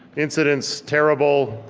incidents terrible,